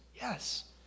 Yes